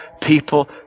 people